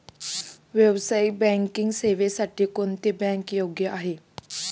व्यावसायिक बँकिंग सेवांसाठी कोणती बँक योग्य आहे?